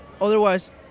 Otherwise